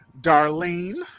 Darlene